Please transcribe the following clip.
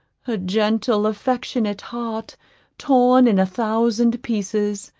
her gentle, affectionate heart torn in a thousand pieces,